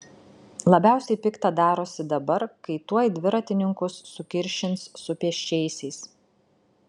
labiausiai pikta darosi dabar kai tuoj dviratininkus sukiršins su pėsčiaisiais